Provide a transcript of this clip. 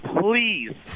Please